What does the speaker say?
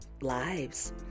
lives